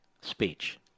speech